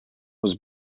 was